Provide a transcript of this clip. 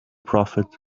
prophet